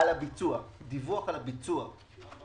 דיווח על הביצוע.